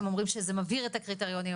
הם אומרים שזה מבהיר את הקריטריונים.